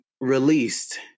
released